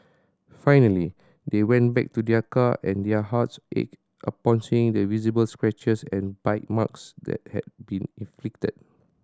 finally they went back to their car and their hearts ached upon seeing the visible scratches and bite marks that had been inflicted